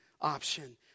option